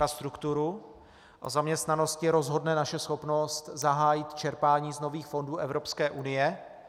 O zaměstnanosti rozhodne naše schopnost zahájit čerpání z nových fondů Evropské unie.